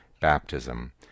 baptism